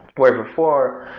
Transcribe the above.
where before,